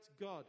God